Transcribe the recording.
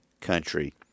Country